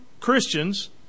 Christians